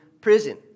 prison